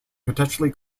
potentially